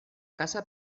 casa